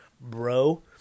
bro